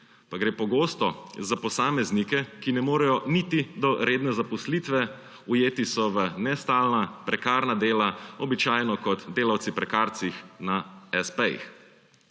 Pa gre pogosto za posameznike, ki ne morejo niti do redne zaposlitve, ujeti so v nestalna prekarna dela, običajno kot delavci prekarci na espejih.